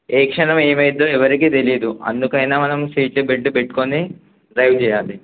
ఏ క్షణం ఏమౌద్దో ఎవరికీ తెలీయదు అందుకైనా మనం సీట్ బెల్ట్ పెట్టుకుని డ్రైవ్ చేయాలి